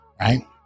Right